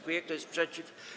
Kto jest przeciw?